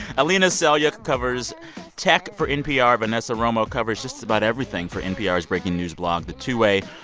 alina selyukh covers tech for npr. vanessa romo covers just about everything for npr's breaking news blog the two-way.